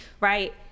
right